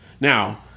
Now